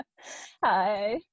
Hi